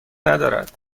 ندارد